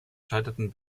scheiterten